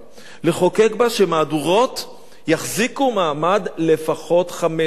שמהדורות יחזיקו מעמד לפחות חמש שנים.